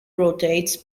rotates